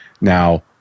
Now